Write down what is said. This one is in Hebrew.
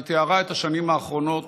והיא תיארה את השנים האחרונות